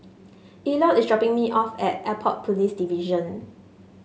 Elliott is dropping me off at Airport Police Division